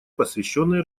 посвященной